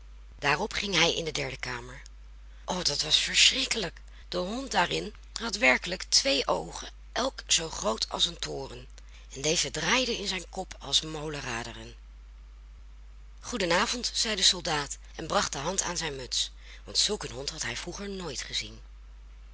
daarop ging hij in de derde kamer o dat was verschrikkelijk de hond daarin had werkelijk twee oogen elk zoo groot als een toren en deze draaiden in zijn kop als molenraderen goeden avond zei de soldaat en bracht de hand aan zijn muts want zulk een hond had hij vroeger nooit gezien